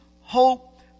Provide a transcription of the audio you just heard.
hope